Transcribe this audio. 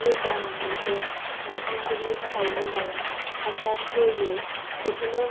मोजां मोनसे बिफांफोरनि थाखाय मोजां हासार होयो बेखौनो